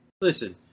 listen